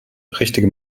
richtige